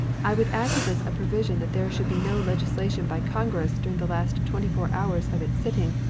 i would add to this a provision that there should be no legislation by congress during the last twenty-four hours of its sitting,